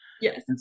Yes